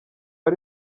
ari